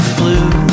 blue